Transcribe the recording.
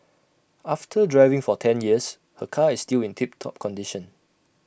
after driving for ten years her car is still in tip top condition